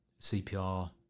CPR